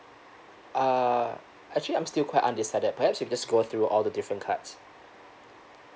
uh actually I'm still quite undecided perhaps you just go through all the different cards